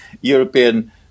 European